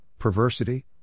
perversity